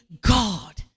God